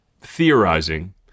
theorizing